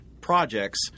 projects